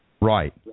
Right